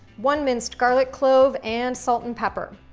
one minced garlic clove, and salt and pepper.